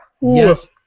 Yes